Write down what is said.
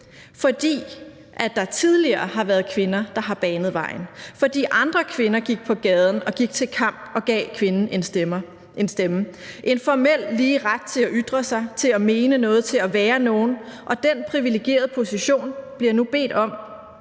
fordi der tidligere har været kvinder, der har banet vejen; fordi andre kvinder gik til kamp og gik på gaden for at give kvinder en stemme, en formel lige ret til at ytre sig, til at mene noget, til at være nogen. Og den privilegerede position bliver nu brugt til